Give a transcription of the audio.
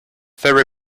very